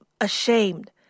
ashamed